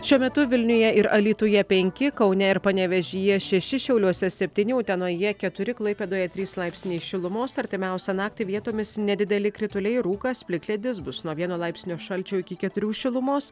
šiuo metu vilniuje ir alytuje penki kaune ir panevėžyje šeši šiauliuose septyni utenoje keturi klaipėdoje trys laipsniai šilumos artimiausią naktį vietomis nedideli krituliai rūkas plikledis bus nuo vieno laipsnio šalčio iki keturių šilumos